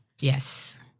yes